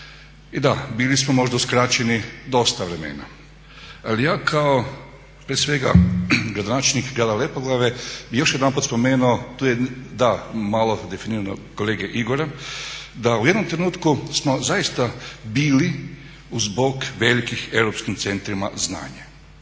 I da, bili smo možda uskraćeni dosta vremena. Ali ja kao prije svega gradonačelnik grada Lepoglave bih još jedanput spomenuo, to je da malo definirano od kolege Igora, da u jednom trenutku smo zaista bili uz bok velikim europskim centrima znanja.